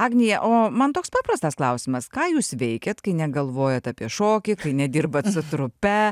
agnija o man toks paprastas klausimas ką jūs veikiat kai negalvojate apie šokį kai nedirbat su trupe